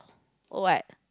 oh what